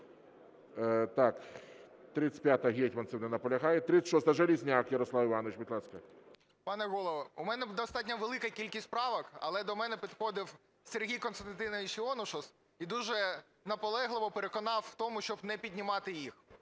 35-а, Гетманцев. Не наполягає. 36-а, Железняк Ярослав Іванович. Будь ласка. 11:04:39 ЖЕЛЕЗНЯК Я.І. Пане Голово, в мене достатньо велика кількість правок. але до мене підходив Сергій Костянтинович Іонушас і дуже наполегливо переконав в тому, щоб не піднімати їх.